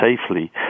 safely